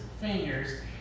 fingers